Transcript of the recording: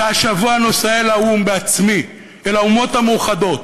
והשבוע נוסע אל האו"ם בעצמי, אל האומות המאוחדות,